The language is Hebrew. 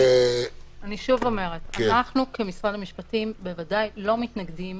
אני שוב אומרת: אנחנו כמשרד המשפטים בוודאי לא מתנגדים